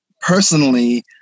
personally